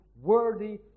Worthy